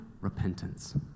repentance